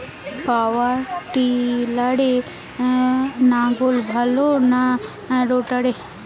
পাওয়ার টিলারে লাঙ্গল ভালো না রোটারের?